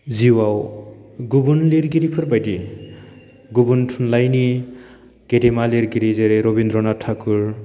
जिउआव गुबुन लिरगिरिफोर बायदि गुबुन थुनलाइनि गेदेमा लिरगिरि जेरै रबीन्द्र नाथ ठाकुर